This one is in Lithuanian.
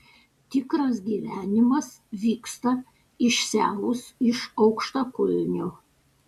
tikras gyvenimas vyksta išsiavus iš aukštakulnių